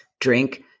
drink